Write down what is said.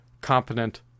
competent